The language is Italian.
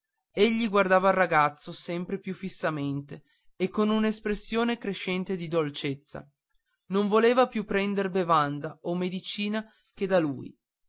egli guardava il ragazzo sempre più fissamente e con un'espressione crescente di dolcezza non voleva più prender bevanda o medicina che da lui